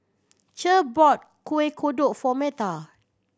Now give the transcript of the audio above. Cher bought Kueh Kodok for Metha